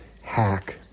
hack